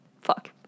fuck